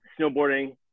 snowboarding